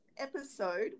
episode